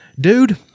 dude